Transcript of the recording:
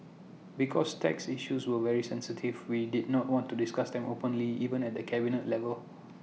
because tax issues were very sensitive we did not want to discuss them openly even at the cabinet level